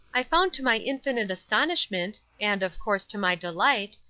i found to my infinite astonishment, and, of course, to my delight,